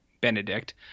Benedict